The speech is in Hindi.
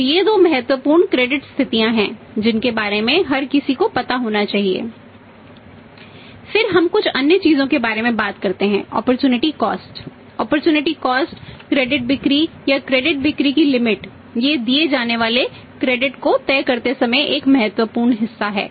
तो ये दो महत्वपूर्ण क्रेडिट को तय करते समय एक महत्वपूर्ण हिस्सा है